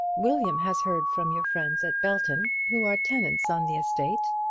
william has heard from your friends at belton, who are tenants on the estate,